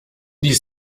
die